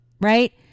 right